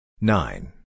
Nine